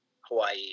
Hawaii